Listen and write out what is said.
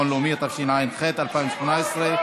הצעת החוק עברה בקריאה ראשונה,